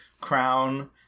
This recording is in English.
crown